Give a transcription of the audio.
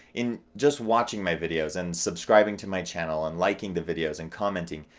in just watching my videos, and subscribing to my channel and liking the videos and commenting.